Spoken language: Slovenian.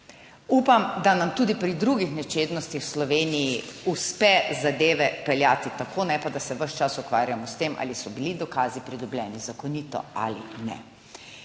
Upam, da nam tudi pri drugih nečednostih v Sloveniji uspe zadeve peljati tako, ne pa da se ves čas ukvarjamo s tem ali so bili dokazi pridobljeni zakonito ali ne.